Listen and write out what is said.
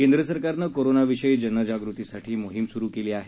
केंद्र सरकारनं कोरोनाविषयी जागृतीसाठी मोहीम सुरु केली आहे